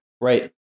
right